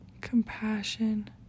Compassion